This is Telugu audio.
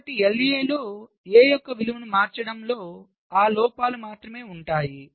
కాబట్టి LA లో A యొక్క విలువను మార్చడంలో ఆ లోపాలు మాత్రమే ఉంటాయి